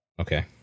Okay